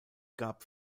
gab